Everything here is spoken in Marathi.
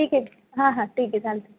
ठीक आहे हां हां ठीक आहे चालेल